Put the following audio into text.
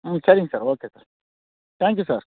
ம் சரிங்க sir okay sir thank you sir